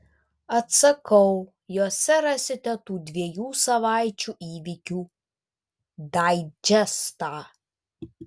atsakau jose rasite tų dviejų savaičių įvykių daidžestą